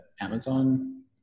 Amazon